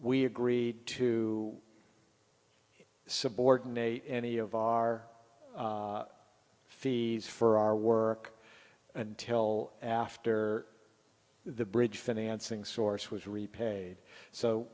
we agreed to subordinate any of our fees for our work until after the bridge financing source was repaired so